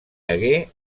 hagué